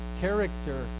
character